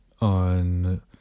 on